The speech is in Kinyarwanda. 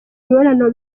imibonano